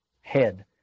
head